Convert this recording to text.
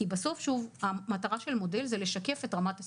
כי בסוף המטרה של מודל זה לשקף את רמת הסיכון.